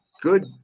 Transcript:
good